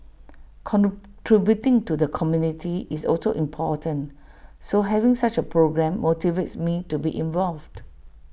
contributing to the community is also important so having such A programme motivates me to be involved